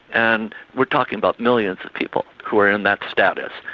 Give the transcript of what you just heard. and we're talking about millions of people who are in that status.